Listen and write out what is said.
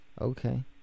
Okay